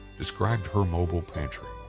described her mobile pantry.